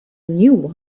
new